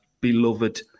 beloved